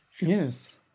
Yes